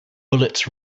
bullets